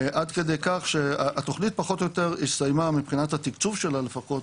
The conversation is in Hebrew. עד כדי כך שהתוכנית פחות או יותר הסתיימה מבחינת התקצוב שלה לפחות,